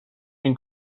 این